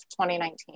2019